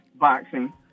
boxing